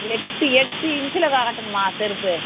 எட்டு எட்டு இன்ச்சில் காட்டுங்கம்மா செருப்பு